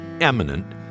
eminent